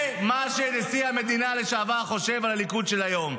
זה מה שנשיא המדינה לשעבר חושב על הליכוד של היום.